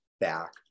back